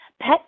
PET